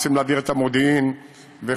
רוצים להעביר את המודיעין וכו'.